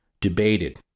debated